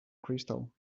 crystal